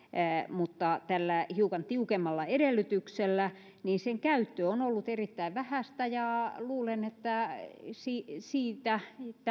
mutta tällä hiukan tiukemmalla edellytyksellä on ollut erittäin vähäistä ja luulen että